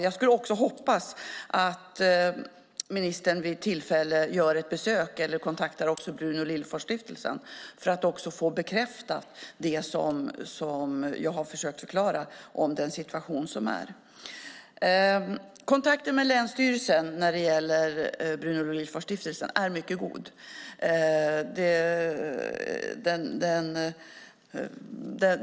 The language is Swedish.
Jag hoppas också att ministern vid tillfälle gör ett besök eller kontaktar Bruno Liljefors-stiftelsen för att få den situation som jag har försökt beskriva bekräftad. Bruno Liljefors-stiftelsens kontakt med länsstyrelsen är mycket god.